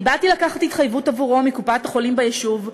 אני באתי לקחת התחייבות עבורו מקופת-החולים ביישוב,